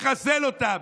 לחסל אותם,